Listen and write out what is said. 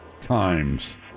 times